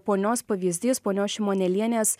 ponios pavyzdys ponios šimonėlienės